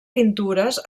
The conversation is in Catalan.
pintures